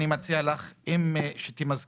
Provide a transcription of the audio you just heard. אני מציעה לך שתמזגי,